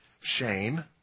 Shame